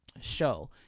show